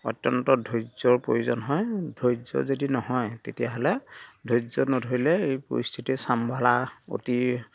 অত্যন্ত ধৈৰ্যৰ প্ৰয়োজন হয় ধৈৰ্য যদি নহয় তেতিয়া হ'লে ধৈৰ্য নধৰিলে এই পৰিস্থিতি চম্ভালা অতি